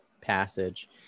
passage